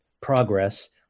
progress